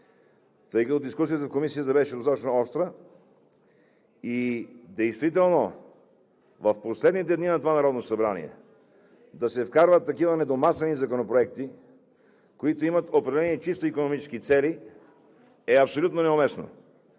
Тъй като дискусията в Комисията беше достатъчно остра, действително в последните дни на това Народно събрание да се вкарват такива недомислени законопроекти, които имат определени чисто икономически цели, е абсолютно неуместно!